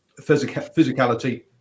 physicality